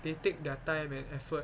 they take their time and effort